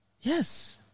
Yes